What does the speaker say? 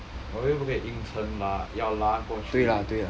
我又不可以盈撑嘛要拉过去